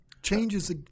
Changes